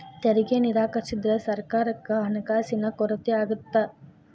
ತೆರಿಗೆ ನಿರಾಕರಿಸಿದ್ರ ಸರ್ಕಾರಕ್ಕ ಹಣಕಾಸಿನ ಕೊರತೆ ಆಗತ್ತಾ